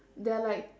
there are like